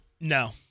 No